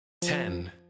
Ten